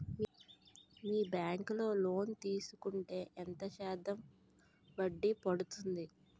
మీ bank లో loan తీసుకుంటే ఎంత శాతం వడ్డీ పడ్తుంది?